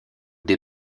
des